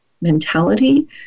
mentality